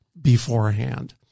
beforehand